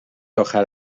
آخر